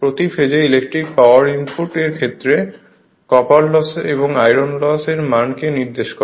প্রতি ফেজে electric power input stator copper লসের এবং আয়রন লস এর মানকে নির্দেশ করে